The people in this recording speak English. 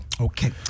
Okay